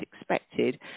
expected